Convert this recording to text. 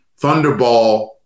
Thunderball